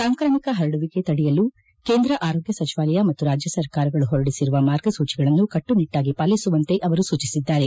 ಸಾಂಕ್ರಾಮಿಕ ಹರಡುವಿಕೆ ತಡೆಯಲು ಕೇಂದ್ರ ಆರೋಗ್ಯ ಸಚಿವಾಲಯ ಮತ್ತು ರಾಜ್ಯಸರ್ಕಾರಗಳು ಹೊರಡಿಸಿರುವ ಮಾರ್ಗಸೂಚಿಗಳನ್ನು ಕಟ್ಟುನಿಟ್ಟಾಗಿ ಪಾಲಿಸುವಂತೆ ಅವರು ಸೂಚಿಸಿದ್ದಾರೆ